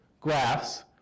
graphs